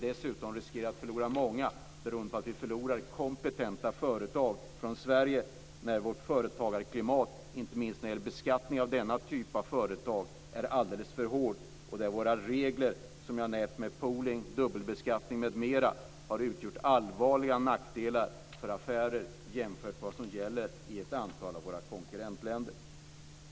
Dessutom riskerar vi att förlora mycket personal beroende på att vi förlorar många kompetenta företag från Sverige eftersom vårt företagarklimat, inte minst när det gäller beskattning av denna typ av företag, är alldeles för hård. Våra regler, som jag har nämnt, med pooling, dubbelbeskattning m.m. har utgjort allvarliga nackdelar för affärer jämfört med vad som gäller i ett antal av våra konkurrentländer.